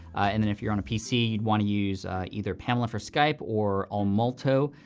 and then if you're on a pc, you'd wanna use either pamela for skype or amolto,